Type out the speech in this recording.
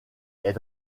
est